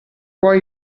poi